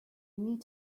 need